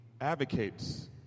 advocates